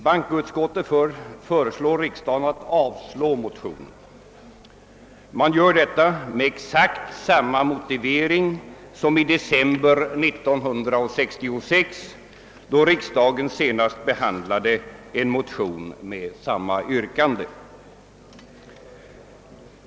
Bankoutskottet föreslår riksdagen att avslå motionen och gör detta med exakt samma motivering som i december 1966, då riksdagen senast behandlade en motion med samma yrkande.